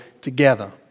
together